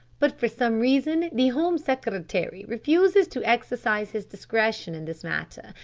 but for some reason the home secretary refuses to exercise his discretion in this matter,